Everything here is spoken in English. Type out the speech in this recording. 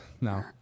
No